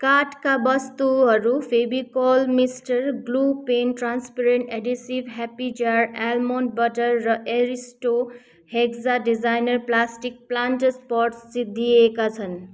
कार्टका वस्तुहरू Fevicol Mr glue pen transparent adhesive happy jars almond butter र Aristo hexa designer plastic planter pot सिद्धिएका छन्